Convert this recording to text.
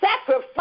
Sacrifice